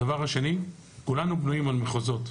הדבר השני: כולנו בנויים על מחוזות.